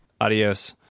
Adios